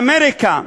אמריקה,